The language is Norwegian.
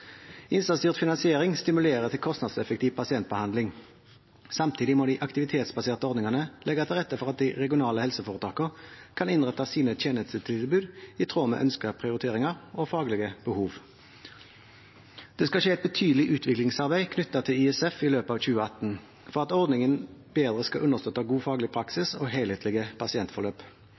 Innsatsstyrt finansiering, ISF, stimulerer til kostnadseffektiv pasientbehandling. Samtidig må de aktivitetsbaserte ordningene legge til rette for at de regionale helseforetakene kan innrette sine tjenestetilbud i tråd med ønskede prioriteringer og faglige behov. Det skal skje et betydelig utviklingsarbeid knyttet til ISF i løpet av 2018 for at ordningen bedre skal understøtte god faglig praksis og helhetlige pasientforløp.